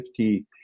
50